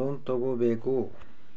loan ತಗೊಬೇಕು